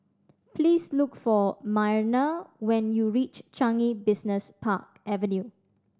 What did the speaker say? please look for Myrna when you reach Changi Business Park Avenue